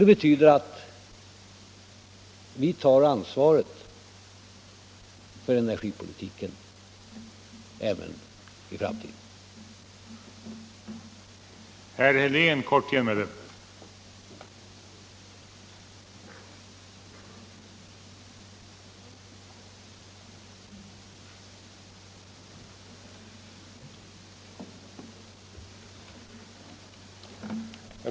Det betyder att vi tar ansvaret för energipolitiken även i framtiden.